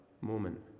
moment